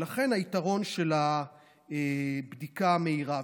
זה היתרון של הבדיקה המהירה.